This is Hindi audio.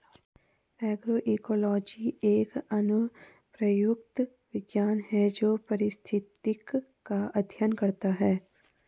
एग्रोइकोलॉजी एक अनुप्रयुक्त विज्ञान है जो पारिस्थितिक का अध्ययन करता है